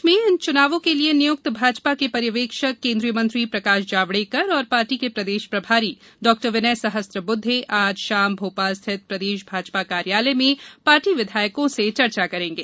प्रदेश में इन चुनावों के लिये नियुक्त भाजपा के पर्यवेक्षक केन्द्रीय मंत्री प्रकाश जावड़ेकर और पार्टी के प्रदेश प्रभारी डॉ विनय सहस्त्रबुद्वे आज शाम भोपाल स्थित प्रदेश भाजपा कार्यालय में पार्टी विधायकों से चर्चा करेंगे